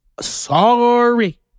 Sorry